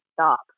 stop